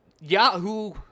Yahoo